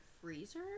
freezer